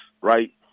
Right